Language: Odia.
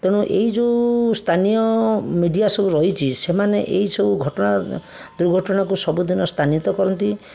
ତେଣୁ ଏଇ ଯେଉଁ ସ୍ଥାନୀୟ ମିଡ଼ିଆ ସବୁ ରହିଛି ସେମାନେ ଏଇସବୁ ଘଟଣା ଦୁର୍ଘଟଣାକୁ ସବୁଦିନ ସ୍ଥାନିତ କରନ୍ତି